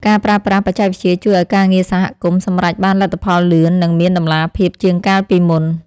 ការប្រើប្រាស់បច្ចេកវិទ្យាជួយឱ្យការងារសហគមន៍សម្រេចបានលទ្ធផលលឿន និងមានតម្លាភាពជាងកាលពីមុន។